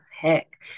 heck